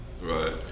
Right